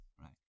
right